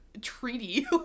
treaty